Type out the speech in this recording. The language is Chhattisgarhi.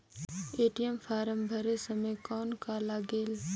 ए.टी.एम फारम भरे समय कौन का लगेल?